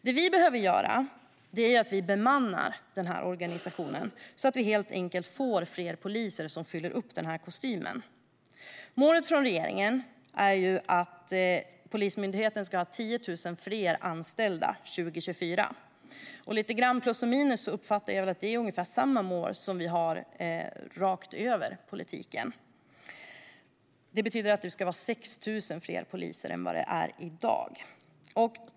Det vi behöver göra är helt enkelt att bemanna organisationen så att vi får fler poliser som fyller ut kostymen. Regeringens mål är att Polismyndigheten ska ha 10 000 fler anställda 2024. Med lite plus och minus uppfattar jag att det är ungefär samma mål som vi har rakt över politiken. Det betyder att det ska vara 6 000 fler poliser än vad det är i dag.